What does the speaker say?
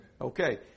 Okay